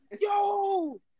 Yo